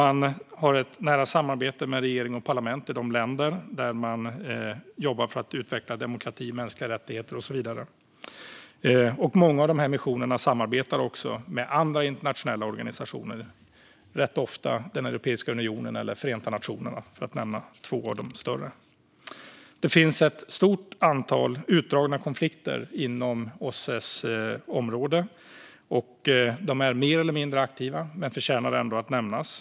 Man har ett nära samarbete med regeringar och parlament i de länder där man jobbar för att utveckla demokrati, mänskliga rättigheter och så vidare. Många av dessa missioner samarbetar också med andra internationella organisationer - rätt ofta Europeiska unionen eller Förenta nationerna, för att nämna två av de större. Det finns ett stort antal utdragna konflikter inom OSSE:s område. De är mer eller mindre aktiva men förtjänar ändå att nämnas.